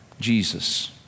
Jesus